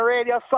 Radio